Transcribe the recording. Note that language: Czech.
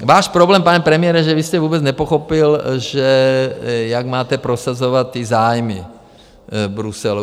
Váš problém je, pane premiére, že vy jste vůbec nepochopil, jak máte prosazovat ty zájmy v Bruselu.